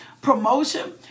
promotion